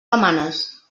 demanes